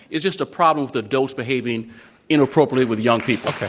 it's just a problem with adults behaving inappropriately with young people.